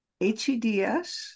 heds